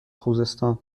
خوزستان